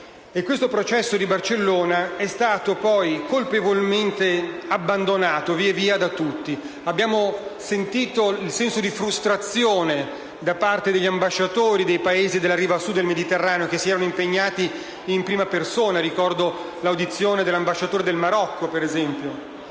Questo processo di Barcellona è stato via via colpevolmente abbandonato da tutti. Abbiamo sentito il senso di frustrazione degli ambasciatori dei Paesi della riva Sud del Mediterraneo, che si erano impegnati in prima persona. Ricordo, per esempio, l'audizione dell'ambasciatore del Marocco. Questo